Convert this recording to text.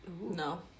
No